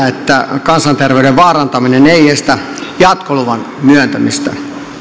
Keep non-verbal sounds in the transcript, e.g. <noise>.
<unintelligible> että kansanterveyden vaarantaminen ei estä jatkoluvan myöntämistä